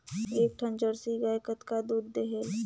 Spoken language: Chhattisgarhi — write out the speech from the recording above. एक ठन जरसी गाय कतका दूध देहेल?